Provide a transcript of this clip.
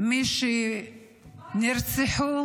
שנרצחו